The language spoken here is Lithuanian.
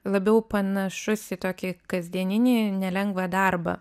labiau panašus į tokį kasdieninį nelengvą darbą